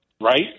right